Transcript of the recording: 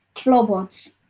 floorboards